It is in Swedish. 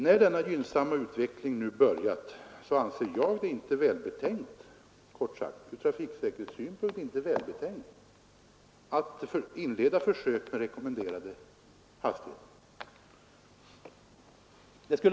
När denna gynnsamma utveckling nu börjat, anser jag det från trafiksäkerhetssynpunkt inte vara välbetänkt att inleda försök med rekommenderade hastigheter.